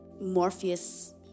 Morpheus